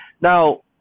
Now